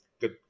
good